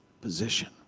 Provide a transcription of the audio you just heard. position